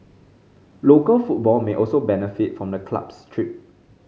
local football may also benefit from the club's trip